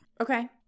Okay